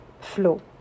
flow